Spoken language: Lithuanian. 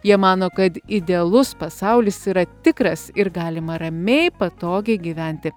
jie mano kad idealus pasaulis yra tikras ir galima ramiai patogiai gyventi